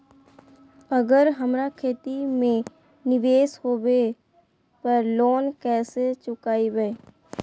अगर हमरा खेती में निवेस होवे पर लोन कैसे चुकाइबे?